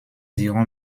iront